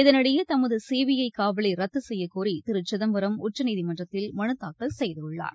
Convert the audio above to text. இதனிடையே தமது சிபிஐ காவலை ரத்து செய்யக்கோரி திரு சிதம்பரம் உச்சநீதிமன்றத்தில் மனு தாக்கல் செய்துள்ளார்